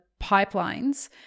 pipelines